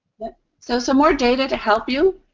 so, some more data to help you.